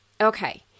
Okay